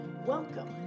Welcome